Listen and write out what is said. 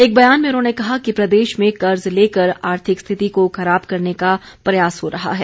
एक बयान में उन्होंने कहा कि प्रदेश में कर्ज लेकर आर्थिक स्थिति को खराब करने का प्रयास हो रहा है